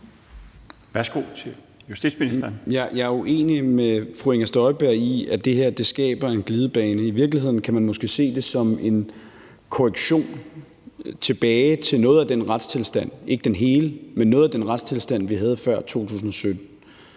Jeg er uenig med fru Inger Støjberg i, at det her skaber en glidebane. I virkeligheden kan man måske se det som en korrektion tilbage til noget af den retstilstand – ikke den hele, men noget af den – vi havde før 2017.